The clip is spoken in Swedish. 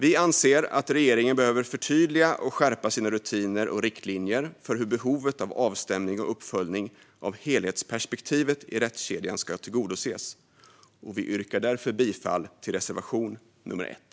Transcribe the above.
Vi anser att regeringen behöver förtydliga och skärpa sina rutiner och riktlinjer för hur behovet av avstämning och uppföljning av helhetsperspektivet i rättskedjan ska tillgodoses. Jag yrkar därför bifall till reservation nr 1.